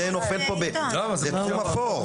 זה תחום אפור.